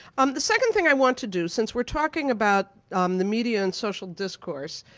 um the second thing i want to do, since we're talking about um the media and social discourse,